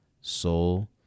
soul